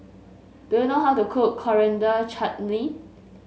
do you know how to cook Coriander Chutney